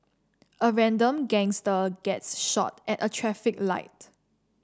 a random gangster gets shot at a traffic light